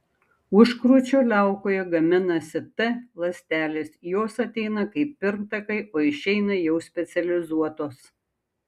užkrūčio liaukoje gaminasi t ląstelės jos ateina kaip pirmtakai o išeina jau specializuotos